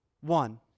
One